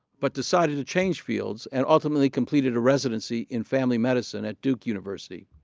but decided to change fields and ultimately completed a residency in family medicine at duke university.